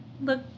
look